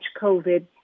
COVID